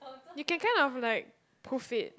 you can kind of like proof it